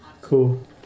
Cool